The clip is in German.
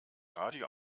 radio